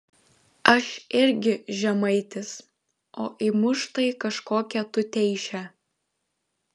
aš irgi žemaitis o imu štai kažkokią tuteišę